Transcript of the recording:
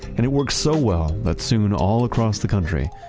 and it works so well that soon all across the country,